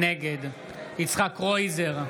נגד יצחק קרויזר,